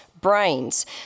brains